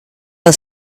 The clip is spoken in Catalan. els